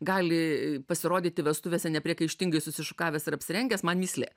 gali pasirodyti vestuvėse nepriekaištingai susišukavęs ir apsirengęs man mįslė